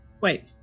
wait